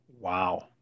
wow